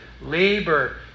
labor